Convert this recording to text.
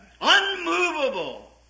Unmovable